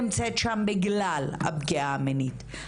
נמצאת שם בגלל הפגיעה המינית,